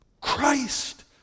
Christ